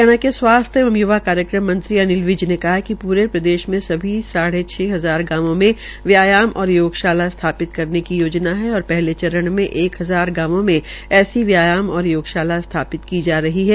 हरियाणा के स्वास्थ्य एवं यूवा कार्यक्रम मंत्री अनिल विज ने कहा कि पूरे प्रदेश में सभी साढ़े छ हजार गांवों में व्यायाम और योगशाला स्थापित करने की योजना है और पहले चरण में एक हजार गांवों में ऐसी व्यायाम और योगशाला स्थापित की जा रही है